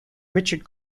richard